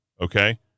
Okay